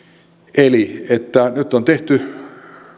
eli nyt on tehty